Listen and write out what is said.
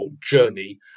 journey